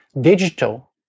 Digital